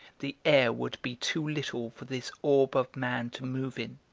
the air would be too little for this orb of man to move in,